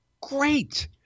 great